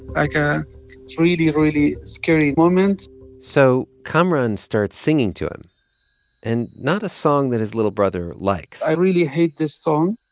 like, a really, really scary moment so kamaran starts singing to him and not a song that his little brother likes i really hate this song,